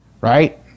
right